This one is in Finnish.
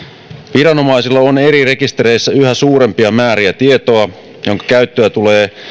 viranomaisilla on eri rekistereissä yhä suurempia määriä tietoa jonka käyttöä tulee